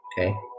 Okay